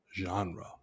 genre